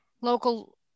local